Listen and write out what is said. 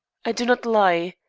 i do not lie.